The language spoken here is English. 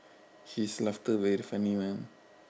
his laughter very funny man